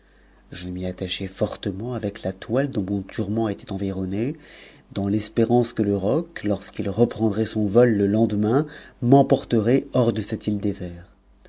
je m'y attachai fortement avec la toile dont mon turban eta t environné dans l'espérance que le roc lorsqu'il reprendrait son vol le demain m'emporteraithors de cette île déserte